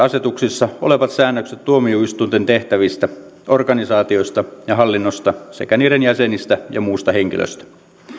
asetuksissa olevat säännökset tuomioistuinten tehtävistä organisaatioista ja hallinnosta sekä niiden jäsenistä ja muusta henkilöstöstä